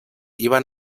iban